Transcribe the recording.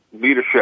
leadership